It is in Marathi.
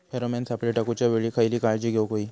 फेरोमेन सापळे टाकूच्या वेळी खयली काळजी घेवूक व्हयी?